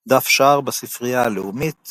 דף שער בספרייה הלאומית ==